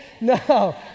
no